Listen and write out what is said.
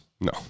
No